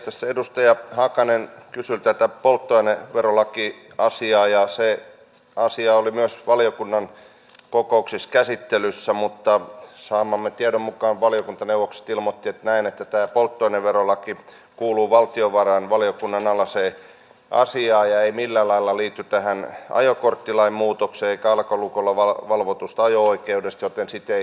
tässä edustaja hakanen kysyi tästä polttoaineverolakiasiasta ja se asia oli myös valiokunnan kokouksissa käsittelyssä mutta saamamme tiedon mukaan valiokuntaneuvokset ilmoittivat näin että tämä polttoaineverolaki kuuluu valtiovarainvaliokunnan alaiseen asiaan ja ei millään lailla liity tähän ajokorttilain muutokseen eikä alkolukolla valvottuun ajo oikeuteen joten sitä ei huomioitu